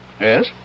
Yes